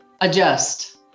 adjust